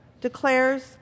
declares